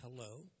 hello